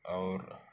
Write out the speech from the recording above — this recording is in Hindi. और